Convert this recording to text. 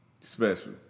special